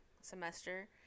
semester